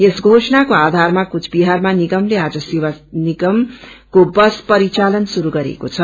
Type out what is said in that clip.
यस घोषणको आधारमा कुचबिझरमा निगमले आज सेवा निगमको बस परिचालन श्रुरू गरेको छ